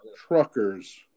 truckers